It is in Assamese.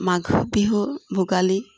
মাঘ বিহু ভোগালী